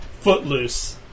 Footloose